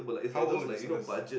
how old are these fellas